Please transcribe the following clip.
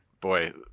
Boy